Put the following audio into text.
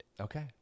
Okay